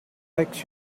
makes